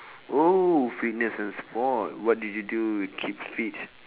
oh fitness and sport what do you do keep fits